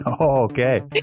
okay